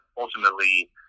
ultimately